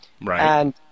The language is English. Right